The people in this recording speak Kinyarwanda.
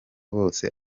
bose